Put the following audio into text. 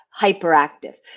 hyperactive